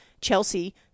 Chelsea